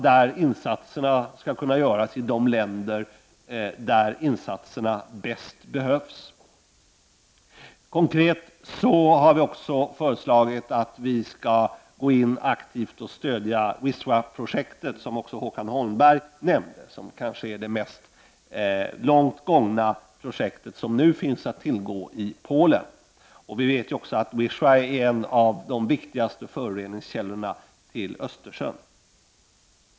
De insatserna skall kunna göras i de länder där de bäst behövs. Konkret har vi också föreslagit att vi skall gå in aktivt och stödja Wistaprojektet, som också Håkan Holmberg nämnde och som kanske är det längst komna projekt som nu finns att tillgå i Polen. Vi vet också att Wista är en av Östersjöns största föroreningskällor.